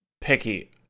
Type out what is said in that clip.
picky